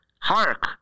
hark